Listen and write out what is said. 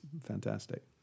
fantastic